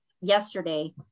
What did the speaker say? yesterday